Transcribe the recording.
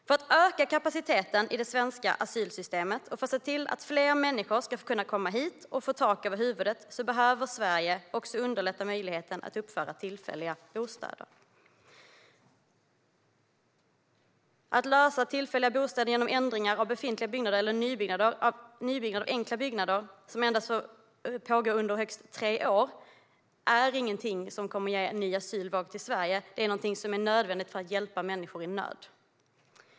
För att öka kapaciteten i det svenska asylsystemet och för att se till att fler människor ska kunna komma hit och få tak över huvudet behöver Sverige också underlätta möjligheten att uppföra tillfälliga bostäder. Att ordna tillfälliga bostäder genom ändringar av befintliga byggnader eller nybyggnad av enkla byggnader som får användas under högst tre år är ingenting som kommer att ge en ny asylvåg till Sverige. Det är någonting som är nödvändigt för att hjälpa människor i nöd.